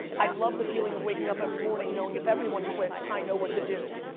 i love the feeling of waking up every morning knowing if everyone quits i know what to do.